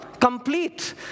complete